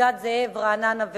פסגת-זאב ורעננה.